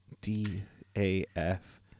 D-A-F